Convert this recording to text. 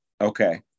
Okay